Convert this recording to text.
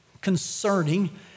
concerning